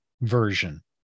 version